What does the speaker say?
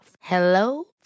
Hello